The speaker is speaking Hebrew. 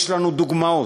יש לנו דוגמאות